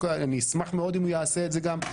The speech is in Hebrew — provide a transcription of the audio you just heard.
אני גם אשמח מאוד אם הוא יעשה את זה.